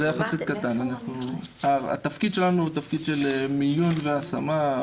התפקיד שלנו הוא תפקיד מיון והשמה.